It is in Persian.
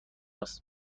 است